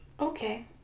Okay